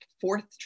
fourth